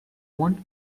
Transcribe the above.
want